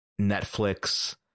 Netflix